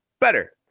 better